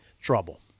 Trouble